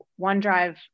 OneDrive